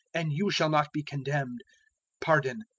and you shall not be condemned pardon,